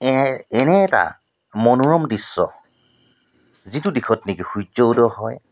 এনে এটা মনোৰম দৃশ্য যিটো দিশত নেকি সূৰ্য্য উদয় হয়